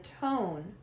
tone